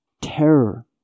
terror